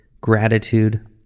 gratitude